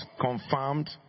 confirmed